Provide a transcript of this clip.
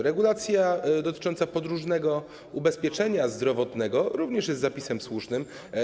Regulacja dotycząca podróżnego ubezpieczenia zdrowotnego jest również zapisem słusznym.